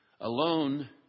Alone